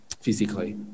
physically